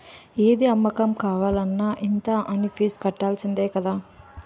ఏది అమ్మకం కావాలన్న ఇంత అనీ ఫీజు కట్టాల్సిందే కదా